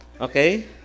Okay